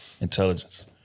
intelligence